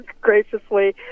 graciously